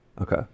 Okay